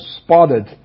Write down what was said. spotted